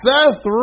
Seth